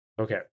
Okay